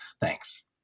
Thanks